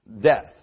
death